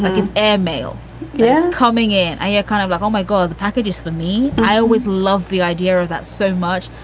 like it's air mail yeah coming in. i ah kind of like home. i go all the packages for me. i always loved the idea of that so much.